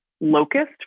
locust